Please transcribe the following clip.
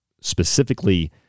specifically